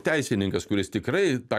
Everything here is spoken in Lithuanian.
teisininkas kuris tikrai tą